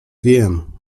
wiem